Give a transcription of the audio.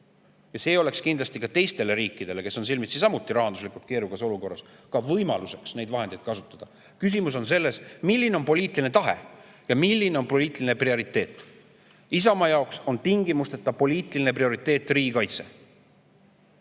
Ja see oleks kindlasti ka teistele riikidele, kes on samuti rahanduslikult keerukas olukorras, võimalus neid vahendeid kasutada. Küsimus on selles, milline on poliitiline tahe ja milline on poliitiline prioriteet. Isamaa jaoks on tingimusteta poliitiline prioriteet riigikaitse.